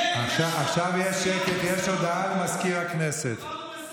עכשיו שיהיה שקט, יש הודעה למזכיר הכנסת.